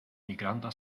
migranta